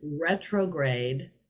retrograde